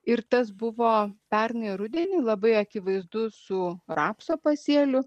ir tas buvo pernai rudenį labai akivaizdu su rapso pasėliu